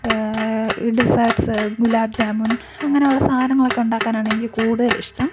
deserts gulab jamun അങ്ങനെയുള്ള സാധനങ്ങളൊക്കെ ഉണ്ടാക്കാനാണ് എനിക്ക് കൂടുതൽ ഇഷ്ടം